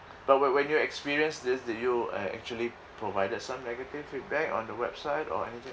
but when when you experience this did you uh actually provided some negative feedback on the website or anything